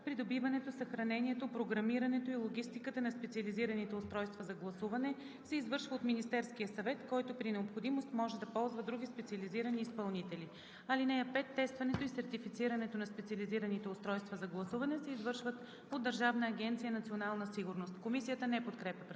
Придобиването, съхранението, програмирането и логистиката на специализираните устройства за гласуване се извършва от Министерския съвет, който при необходимост може да ползва други специализирани изпълнители. (5) Тестването и сертифицирането на специализираните устройства за гласуване се извършва от Държавна агенция „Национална сигурност“.“ Комисията не подкрепя предложението.